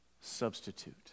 substitute